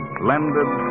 blended